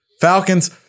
Falcons